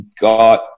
got